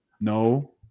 no